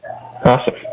Awesome